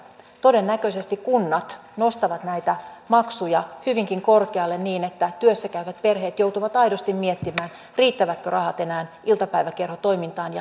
todennäköisesti kunnat nostavat näitä maksuja hyvinkin korkealle niin että työssä käyvät perheet joutuvat aidosti miettimään riittävätkö rahat enää iltapäiväkerhotoimintaan ja se ei ole lasten etu